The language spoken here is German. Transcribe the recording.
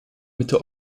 mitte